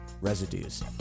Residues